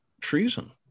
treason